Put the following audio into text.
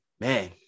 man